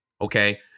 Okay